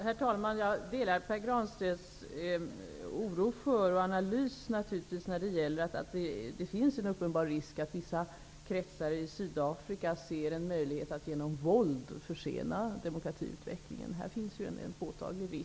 Herr talman! Jag delar naturligtvis Pär Granstedts oro och instämmer i hans analys -- det finns en uppenbar risk att vissa kretsar i Sydafrika ser en möjlighet att genom våld försena demokratiutvecklingen. Här finns en påtaglig risk.